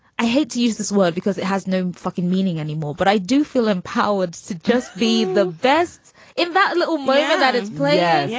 i hate to use this word because it has no fucking meaning anymore. but i do feel empowered to just be the best in that little boy ah that is black. yeah yeah